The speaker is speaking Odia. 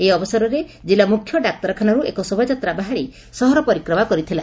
ଏହି ଅବସରରେ ଜିଲ୍ଲା ମୁଖ୍ୟ ଡାକ୍ତରଖାନାରୁ ଏକ ଶୋଭାଯାତ୍ରା ବାହାରି ସହର ପରିକ୍ରମା କରିଥିଲା